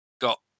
got